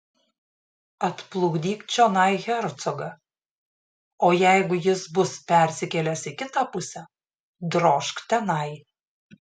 atplukdyk čionai hercogą o jeigu jis bus persikėlęs į kitą pusę drožk tenai